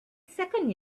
second